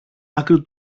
άκρη